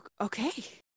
Okay